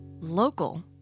local